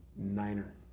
Niner